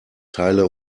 teile